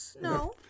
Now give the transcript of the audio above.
no